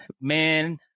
Man